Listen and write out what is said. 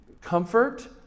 Comfort